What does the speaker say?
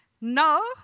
No